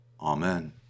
Amen